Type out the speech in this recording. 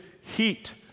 heat